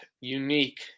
unique